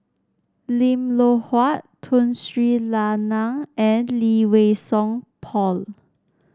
Lim Loh Huat Tun Sri Lanang and Lee Wei Song Paul